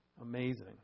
Amazing